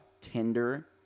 Tinder